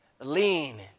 lean